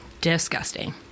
disgusting